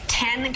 ten